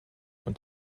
und